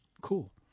cool